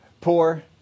poor